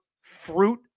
fruit